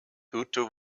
hutu